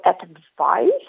advice